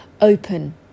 open